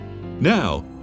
Now